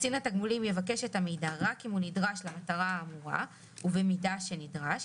קצין התגמולים יבקש את המידע רק אם הוא נדרש למטרה האמורה ובמידה שנדרש,